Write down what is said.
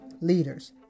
leaders